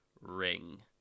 Ring